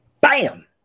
Bam